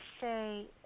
say